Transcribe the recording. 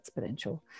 exponential